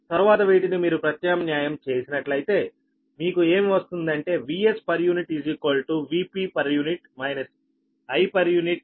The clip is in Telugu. తర్వాత వీటిని మీరు ప్రత్యామ్న్యాయం చేసినట్లయితే మీకు ఏమి వస్తుంది అంటే Vs Vp I Z